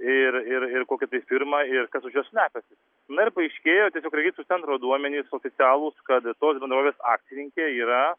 ir ir ir kokia tai firma ir kas už jos slepiasi na ir paaiškėjo tiesiog registrų centro duomenys oficialūs kad tos bendrovės akcininkė yra